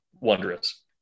wondrous